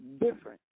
different